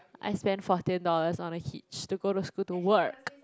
I spent fourteen dollars on a hitch to go to school to work